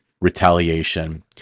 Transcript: retaliation